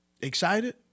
excited